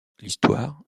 l’histoire